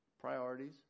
Priorities